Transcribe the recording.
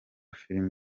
film